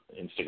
Instagram